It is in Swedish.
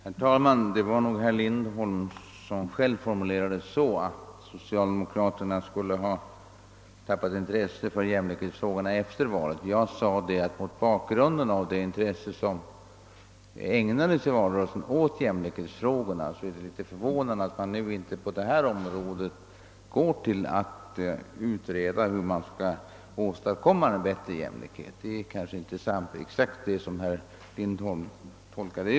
Herr talman! Det var nog herr Lind holms egen formulering att socialdemokraterna skulle ha tappat intresset för jämlikhetsfrågorna efter valet. Jag sade att det mot bakgrunden av det intresse som i valrörelsen ägnades åt jämlikhetsfrågorna är fövånande att man inte nu går att utreda hur en bättre jämlikhet skall åstadkommas på detta område. Det är kanske inte detsamma som herr Lindholms tolkning.